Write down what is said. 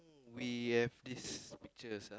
we have these pictures ah